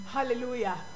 Hallelujah